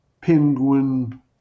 Penguin